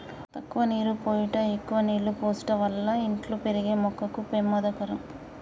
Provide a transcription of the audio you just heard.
తక్కువ నీరు పోయుట ఎక్కువ నీళ్ళు పోసుట వల్ల ఇంట్లో పెరిగే మొక్కకు పెమాదకరం